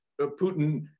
Putin